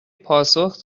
پاسخ